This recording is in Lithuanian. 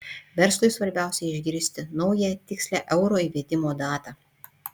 verslui svarbiausia išgirsti naują tikslią euro įvedimo datą